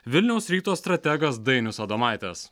vilniaus ryto strategas dainius adomaitis